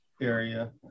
area